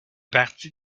parti